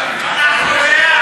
אנחנו בעד,